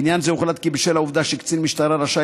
בעניין זה הוחלט כי בשל העובדה שקצין משטרה רשאי